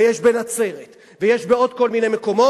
ויש בנצרת, ויש גם בעוד כל מיני מקומות,